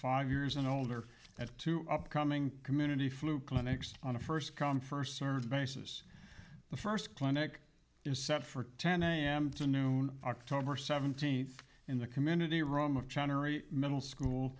five years and older at two upcoming community flu clinics on a first come first served basis the first clinic is set for ten am to noon october seventeenth in the community room of generate middle school